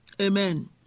Amen